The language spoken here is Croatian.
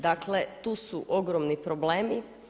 Dakle, tu su ogromni problemi.